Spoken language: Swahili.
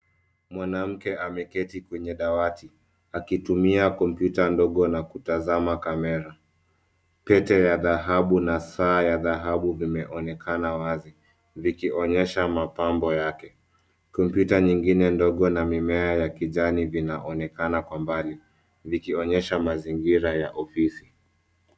Mwanamke ameketi kwenye dawati, akitumia kompyuta ndogo na kutazama kamera, pete ya dhahabu na saa ya dhahabu vimeonekana wazi vikionyesha mapambo yake ,kompyuta nyingine ndogo na mimea ya kijani vinaonekana kwa mbali vikionyesha mazingira ya ofisi.